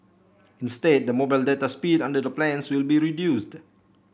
instead the mobile data speed under the plans will be reduced